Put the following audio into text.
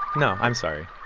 no, i'm sorry